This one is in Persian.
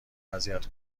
اذیت